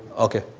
okay.